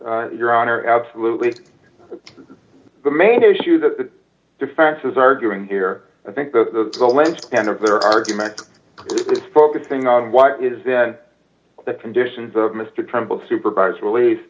your honor absolutely the main issue the defense is arguing here i think the alleged kind of their argument is focusing on why is that the conditions of mr trumbull supervised release